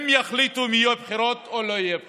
הם יחליטו אם יהיו בחירות או לא יהיו בחירות,